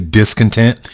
discontent